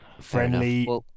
friendly